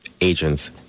agents